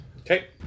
Okay